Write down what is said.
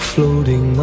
Floating